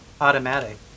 automatic